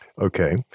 Okay